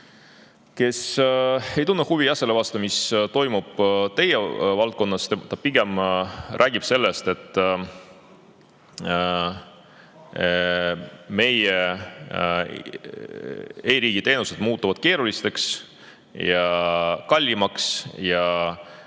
kes ei tunne huvi selle vastu, mis toimub teie valdkonnas. Ta pigem räägib sellest, et meie e-riigi teenused muutuvad keerulisemaks ja kallimaks ja